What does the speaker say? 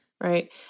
Right